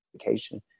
education